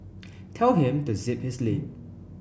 tell him to zip his lip